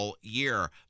year